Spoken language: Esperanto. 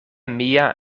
mia